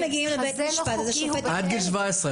חוזה לא חוקי.